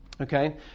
Okay